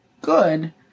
good